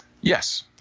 Yes